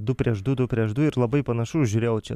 du prieš du du prieš du ir labai panašu žiūrėjau čia